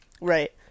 Right